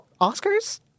Oscars